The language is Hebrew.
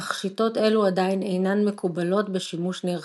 אך שיטות אלו עדיין אינן מקובלות בשימוש נרחב.